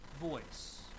voice